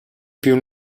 più